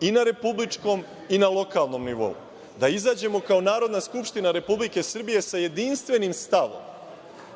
i na republičkom i na lokalnom nivou, da izađemo kao Narodna skupština Republike Srbije sa jedinstvenim stavom